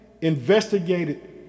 investigated